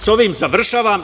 Sa ovim završavam.